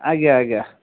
ଆଜ୍ଞା ଆଜ୍ଞା